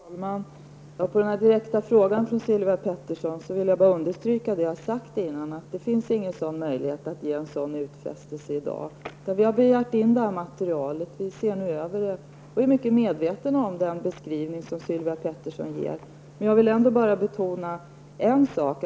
Herr talman! På den direkta frågan från Sylvia Pettersson vill jag understryka vad jag har sagt tidigare, nämligen att det inte finns några möjligheter att i dag göra en sådan utfästelse. Vi har begärt in materialet i fråga och ser nu över det. Vi är mycket medvetna om den beskrivning som Sylvia Pettersson ger. Låt mig dock betona en sak.